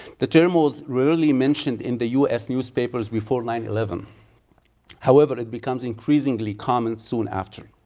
the term was rarely mentioned in the us newspapers before nine eleven however it becomes increasingly common soon after.